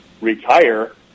retire